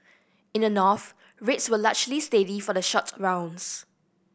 in the North rates were largely steady for the short rounds